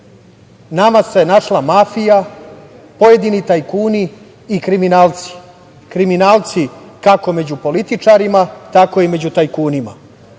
nama se našla mafija, pojedini tajkuni i kriminalci, kriminalci kako među političarima, tako i među tajkunima.